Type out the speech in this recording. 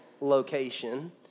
location